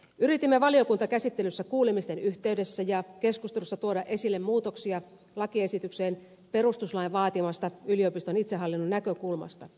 yritimme valiokuntakäsittelyssä kuulemisten yhteydessä ja keskustelussa tuoda esille muutoksia lakiesitykseen perustuslain vaatimasta yliopiston itsehallinnon näkökulmasta